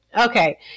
okay